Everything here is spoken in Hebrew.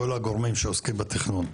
כל הגורמים שעוסקים בתכנון.